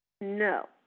No